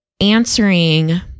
answering